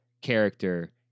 character